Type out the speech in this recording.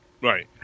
Right